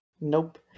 Nope